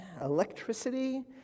electricity